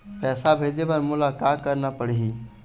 पैसा भेजे बर मोला का करना पड़ही?